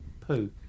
poo